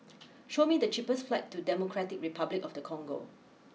show me the cheapest flights to Democratic Republic of the Congo